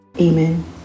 Amen